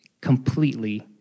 completely